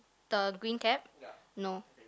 the green cap no